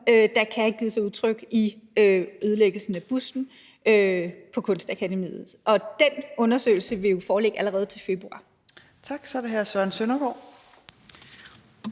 kan have givet sig udtryk i ødelæggelsen af busten på Kunstakademiet. Og den undersøgelse vil jo foreligge allerede til februar. Kl. 18:41 Fjerde næstformand